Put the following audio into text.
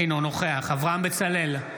אינו נוכח אברהם בצלאל,